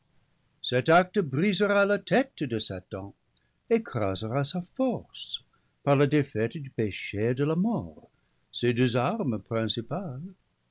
cet acte brisera la tête de satan écrasera sa force par la dé faite du péché et de la mort ses deux armes principales